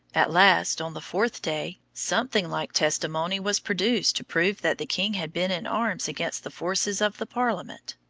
at last, on the fourth day, something like testimony was produced to prove that the king had been in arms against the forces of the parliament.